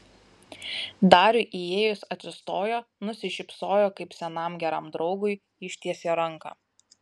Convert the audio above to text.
dariui įėjus atsistojo nusišypsojo kaip senam geram draugui ištiesė ranką